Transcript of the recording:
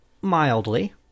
Mildly